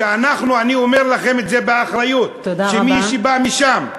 אני אומר לכם את זה באחריות של מי שבא משם,